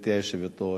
גברתי היושבת-ראש,